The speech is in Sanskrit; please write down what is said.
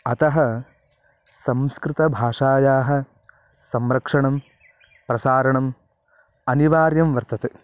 अतः संस्कृताभषायाः संरक्षणं प्रसारणम् अनिवार्यं वर्तते